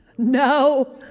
no!